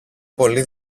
πολύ